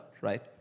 right